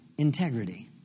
integrity